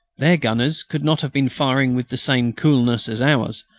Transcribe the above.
their gunners could not have been firing with the same coolness as ours,